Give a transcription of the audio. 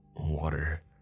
Water